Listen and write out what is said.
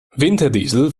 winterdiesel